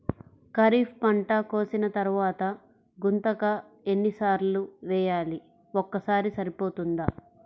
ఖరీఫ్ పంట కోసిన తరువాత గుంతక ఎన్ని సార్లు వేయాలి? ఒక్కసారి సరిపోతుందా?